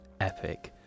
epic